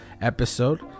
Episode